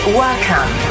welcome